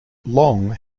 long